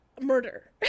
Murder